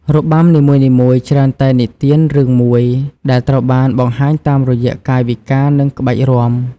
របាំនីមួយៗច្រើនតែនិទានរឿងមួយ ដែលត្រូវបានបង្ហាញតាមរយៈកាយវិការ និងក្បាច់រាំ។